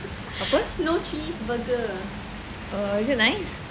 apa err is it nice